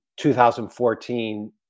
2014